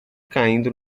caindo